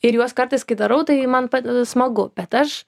ir juos kartais kai darau tai man padeda smagu bet aš